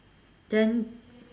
then